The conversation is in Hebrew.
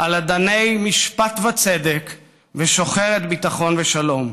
על אדני משפט וצדק ושוחרת ביטחון ושלום.